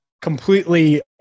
completely